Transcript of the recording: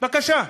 בבקשה.